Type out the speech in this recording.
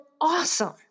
awesome